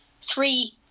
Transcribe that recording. three